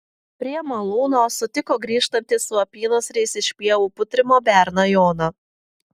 prie malūno sutiko grįžtantį su apynasriais iš pievų putrimo berną joną